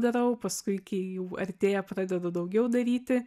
darau paskui kai jau artėja pradedu daugiau daryti